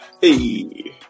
hey